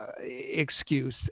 Excuse